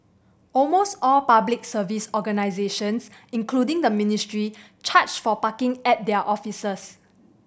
almost all Public Service organisations including the ministry charge for parking at their offices